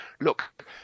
Look